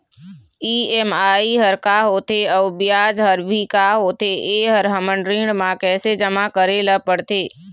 EMI हर का होथे अऊ ब्याज हर भी का होथे ये हर हमर ऋण मा कैसे जमा करे ले पड़ते?